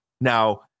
Now